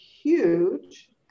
huge